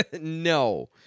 No